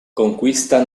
conquista